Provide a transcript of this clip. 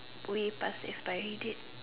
way past expiry date